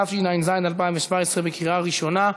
התשע"ז 2017, בקריאה ראשונה.